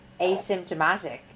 asymptomatic